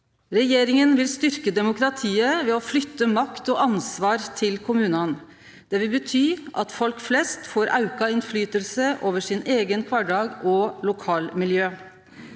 Regjeringa vil styrkje demokratiet ved å flytte makt og ansvar til kommunane. Det vil bety at folk flest får økt innverknad over sin eigen kvardag og sitt